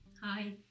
Hi